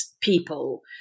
people